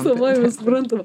savaime suprantama